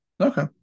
Okay